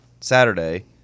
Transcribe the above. Saturday